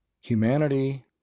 Humanity